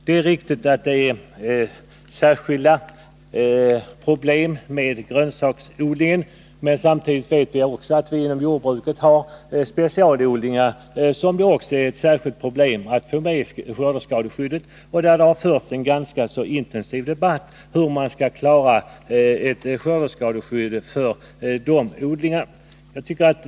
Det är riktigt att det är särskilda problem i samband med grönsaksodlingen. Men samtidigt vet vi att det inom jordbruket finns specialodlingar som det också är ett särskilt problem att få med i skördeskadeskyddet. Det har förts en ganska intensiv debatt om hur man skall klara detta skydd för odlingarna.